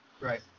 Right